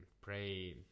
pray